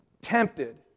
tempted